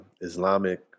Islamic